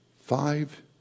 Five